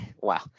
Wow